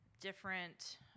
different